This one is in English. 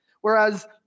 whereas